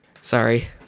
Sorry